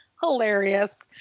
hilarious